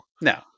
No